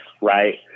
right